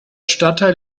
stadtteil